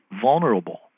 vulnerable